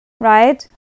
right